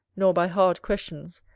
nor by hard questions,